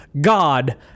God